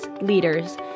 leaders